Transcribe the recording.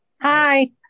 Hi